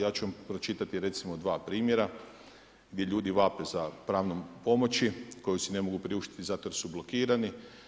Ja ću vam pročitati recimo 2 primjera, gdje ljudi vape za pravnom pomoći, koji si ne mogu priuštiti zato jer su blokirani.